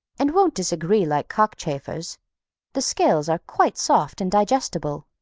and won't disagree like cockchafers the scales are quite soft and digestible,